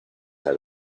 had